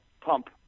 pump